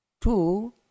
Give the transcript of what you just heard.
two